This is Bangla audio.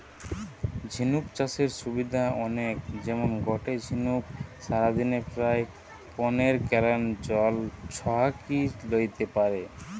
ঝিনুক চাষের সুবিধা অনেক যেমন গটে ঝিনুক সারাদিনে প্রায় পনের গ্যালন জল ছহাকি লেইতে পারে